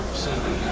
sending